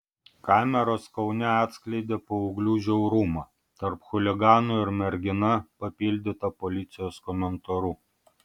kameros kaune atskleidė paauglių žiaurumą tarp chuliganų ir mergina papildyta policijos komentaru